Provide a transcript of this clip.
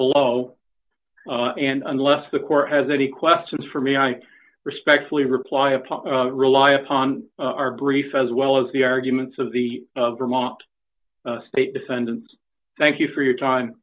below and unless the court has any questions for me i respectfully reply upon rely upon our brief as well as the arguments of the vermont state defendants thank you for your time